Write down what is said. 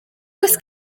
oes